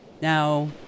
Now